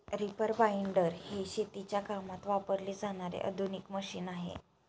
reaper binder हे शेतीच्या कामात वापरले जाणारे आधुनिक मशीन आहे